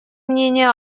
мнение